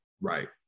Right